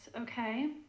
Okay